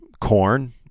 Corn